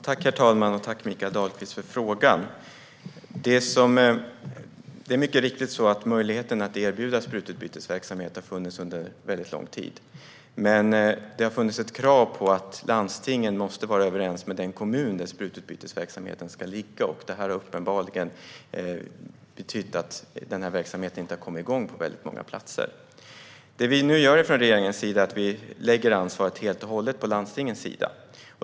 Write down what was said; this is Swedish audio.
Herr talman! Tack, Mikael Dahlqvist, för frågan! Det är mycket riktigt så att möjligheten att erbjuda sprututbytesverksamhet har funnits under mycket lång tid, men det har funnits ett krav på att landstingen måste vara överens med den kommun där sprututbytesverksamheten ska ligga. Det har uppenbarligen betytt att verksamheten inte har kommit igång på många platser. Det regeringen gör nu är att lägga ansvaret helt och hållet på landstingens sida.